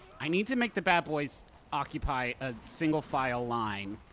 i need to make the bad boys occupy a single-file line,